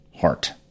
heart